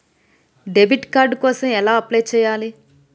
Debit card కోసం ఎలా apply చేయాలి?